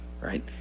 right